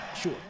Sure